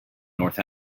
north